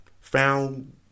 found